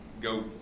go